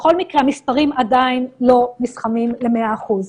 בכל מקרה, המספרים עדיין לא נסכמים למאה אחוז.